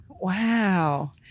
Wow